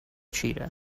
cheetah